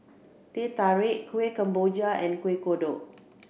Teh Tarik Kueh Kemboja and Kueh Kodok